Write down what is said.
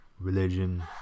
Religion